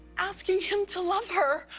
asking him to love her.